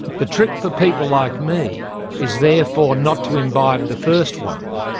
the trick for people like me is therefore not to imbibe the first one,